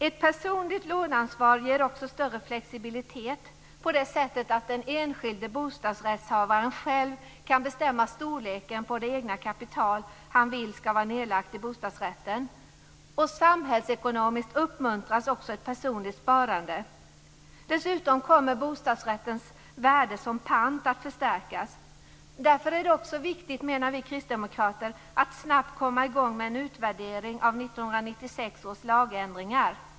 Ett personligt låneansvar ger också större flexibilitet på det sättet att den enskilde bostadsrättshavaren själv kan bestämma storleken på det egna kapital han vill skall vara nedlagt i bostadsrätten. Samhällsekonomiskt uppmuntras ett personligt sparande. Dessutom kommer bostadsrättens värde som pant att förstärkas. Därför är det också viktigt att snabbt komma i gång med en utvärdering av 1996 års lagändringar.